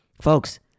folks